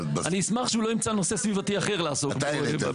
אני אשמח שהוא לא ימצא נושא סביבתי אחר לעסוק בו.